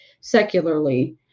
secularly